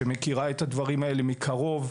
שמכירה את הדברים האלה מקרוב,